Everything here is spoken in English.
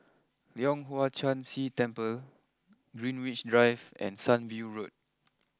Leong Hwa Chan Si Temple Greenwich Drive and Sunview Road